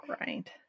right